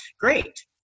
great